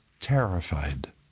terrified